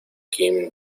kim